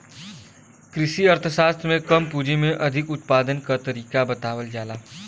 कृषि अर्थशास्त्र में कम पूंजी में अधिक उत्पादन के तरीका बतावल जाला